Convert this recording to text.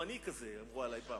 "לאומני כזה" אמרו עלי פעם.